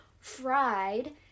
fried